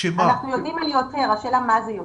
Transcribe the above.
אנחנו יודעים על יותר אבל השאלה היא מה זה יותר.